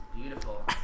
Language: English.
Beautiful